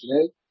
today